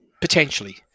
potentially